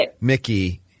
Mickey